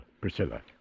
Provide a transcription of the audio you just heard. Priscilla